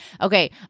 Okay